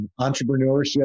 entrepreneurship